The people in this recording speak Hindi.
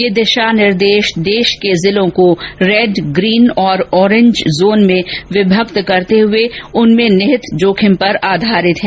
ये दिशा निर्देश देश के जिलों को रेड ग्रीन और ऑरेंज जोन में विभक्त करते हुए उनमें निहित जोखिम पर आधारित हैं